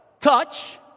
touch